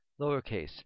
lowercase